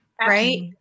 right